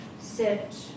sit